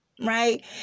right